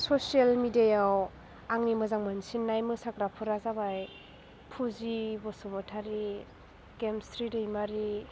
social मेदियाआव आंनि मोजां मोनसिन्नाय मोसाग्राफ्रा जाबाय फुजि बसुमतारी गेमस्रि दैमारि